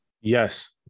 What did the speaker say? yes